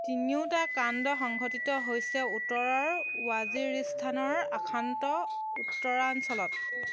তিনিওটা কাণ্ড সংঘটিত হৈছে উত্তৰৰ ৱাজিৰিস্থানৰ অশান্ত উত্তৰাঞ্চলত